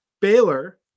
Baylor